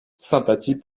sympathies